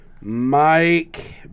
Mike